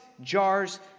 jars